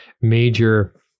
major